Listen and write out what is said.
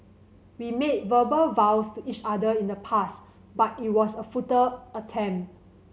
we made verbal vows to each other in the past but it was a futile attempt